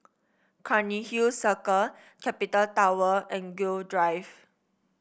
Cairnhill Circle Capital Tower and Gul Drive